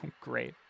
Great